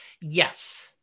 Yes